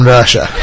Russia